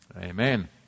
Amen